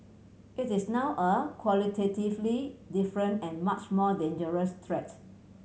it is now a qualitatively different and much more dangerous threat